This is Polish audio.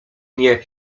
nie